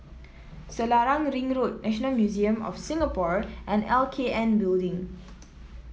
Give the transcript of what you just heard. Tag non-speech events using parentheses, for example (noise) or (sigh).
Selarang Ring Road National Museum of Singapore and L K N Building (noise)